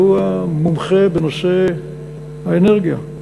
שהוא המומחה בנושא האנרגיה,